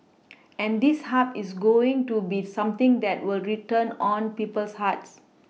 and this Hub is going to be something that will return on people's hearts